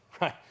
right